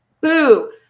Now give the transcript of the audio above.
boo